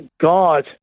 God